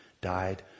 died